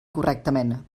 correctament